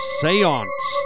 seance